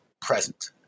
present